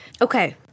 Okay